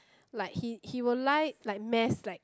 like he he will like like mess like